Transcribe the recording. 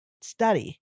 study